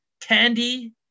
candy